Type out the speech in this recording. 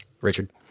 Richard